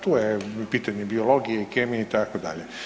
Tu je pitanje biologije, kemije itd.